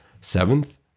seventh